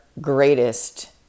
greatest